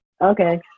Okay